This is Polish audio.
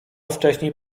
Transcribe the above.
wcześniej